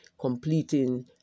completing